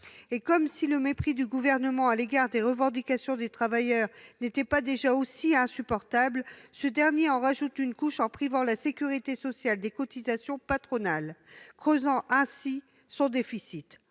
Et comme si le mépris du Gouvernement à l'égard des revendications des travailleurs n'était pas déjà insupportable, ce dernier en rajoute une couche en privant la sécurité sociale des cotisations patronales, ce qui creuse encore son déficit.